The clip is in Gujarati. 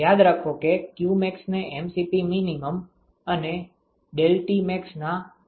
યાદ રાખો કે qmax ને mCp અને ∆Tmaxના ગુણાકાર તરીકે વ્યાખ્યાયિત કરવામાં આવે છે